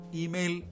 email